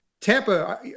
Tampa